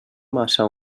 massa